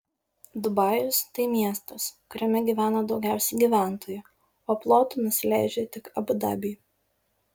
dubajus tai miestas kuriame gyvena daugiausiai gyventojų o plotu nusileidžia tik abu dabiui